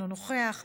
אינו נוכח,